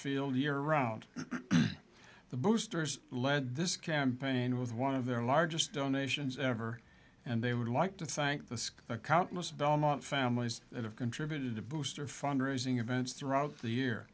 field year round the boosters led this campaign with one of their largest donations ever and they would like to thank the countless belmont families that have contributed to booster fundraising events throughout the year